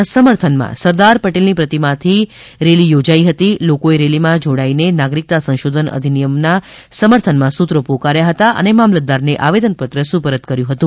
ના સમર્થનમાં સરદાર પટેલની પ્રતિમાથી સમર્થમાં રેલી યોજાઈ હતી લોકોએ રેલીમાં જોડાઈને નાગરીક્તા સંશોધન અધીનીયમના સમર્થનમાં સૂત્રો પોકાર્યા હતા અને મામલદારને આવેદનપત્ર પણ સુપર્ત કર્યું હતું